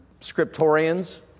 scriptorians